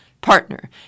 partner